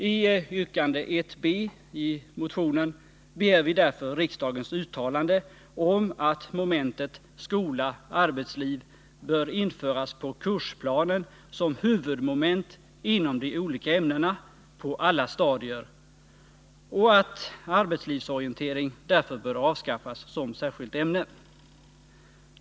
I yrkande 1 b i motionen begär vi därför riksdagens uttalande om att momentet ”skola-arbetsliv” bör införas på kursplanen som huvudmoment inom de olika ämnena på alla stadier och att arbetslivsorientering därvid bör avskaffas som särskilt ämne.